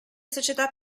società